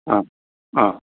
ആ ആ